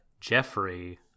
Jeffrey